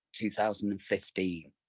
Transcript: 2015